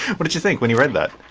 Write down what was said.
what did you think when you read that?